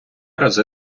рази